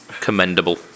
commendable